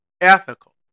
ethical